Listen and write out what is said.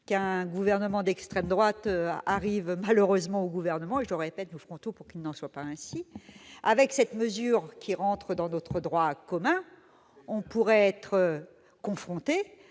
qu'un gouvernement d'extrême droite arrive malheureusement au gouvernement et je répète : nous ferons tout pour qu'il n'en soit pas ainsi, avec cette mesure, qui rentre dans notre droit commun, on pourrait être confronté